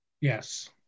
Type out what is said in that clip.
Yes